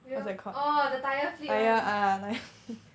wheel orh the tire flip [one]